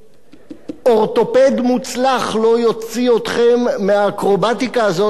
אורתופד מוצלח לא יוציא אתכם מהאקרובטיקה הזאת שהממשלה